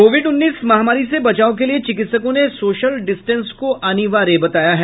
Covid उन्नीस महामारी से बचाव के लिए चिकित्सकों ने सोशल डिस्टेंस को अनिवार्य बताया है